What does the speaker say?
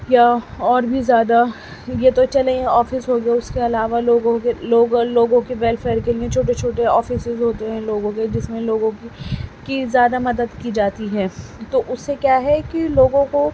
یا اور بھی زیادہ یہ تو چلے آفس ہو گئے اس کے علاوہ لوگوں کے لوگوں لوگوں کے ویلفیئر کے لیے چھوٹے چھوٹے آفیسز ہوتے ہیں لوگوں کے جس میں لوگوں کی کی زیادہ مدد کی جاتی ہے تو اس سے کیا ہے کہ لوگوں کو